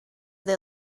they